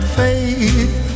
faith